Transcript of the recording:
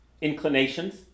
inclinations